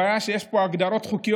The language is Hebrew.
הבעיה היא שיש פה הגדרות חוקיות-משפטיות